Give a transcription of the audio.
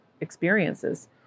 experiences